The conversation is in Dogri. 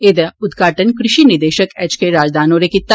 ऐदा उदघाटन कृषि निदेशक एच के राजदान होरें कीता